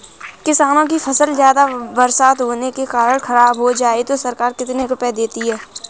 किसानों की फसल ज्यादा बरसात होने के कारण खराब हो जाए तो सरकार कितने रुपये देती है?